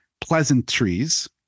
pleasantries